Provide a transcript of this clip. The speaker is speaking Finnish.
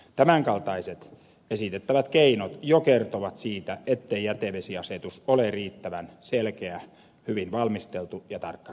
tämänkaltaiset esitettävät keinot jo kertovat siitä ettei jätevesiasetus ole riittävän selkeä hyvin valmisteltu ja tarkkarajainen